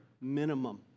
minimum